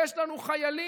יש לנו חיילים,